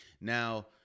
Now